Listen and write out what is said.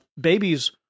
babies